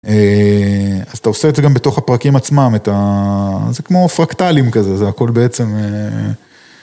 אתה עושה את זה גם בתוך הפרקים עצמם, זה כמו פרקטלים כזה, זה הכל בעצם.